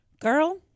Girl